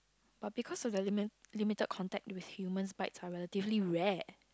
but because of their lim~ limited contacts with humans bites are relatively rare